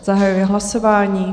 Zahajuji hlasování.